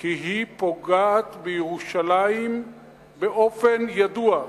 כי היא פוגעת בירושלים באופן ידוע,